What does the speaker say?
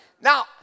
Now